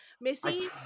Missy